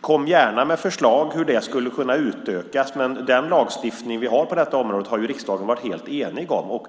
Kom gärna med förslag på hur det skulle kunna utökas, men den lagstiftning vi har på detta område har riksdagen varit helt enig om.